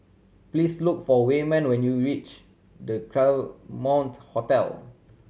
please look for Wayman when you reach The Claremont Hotel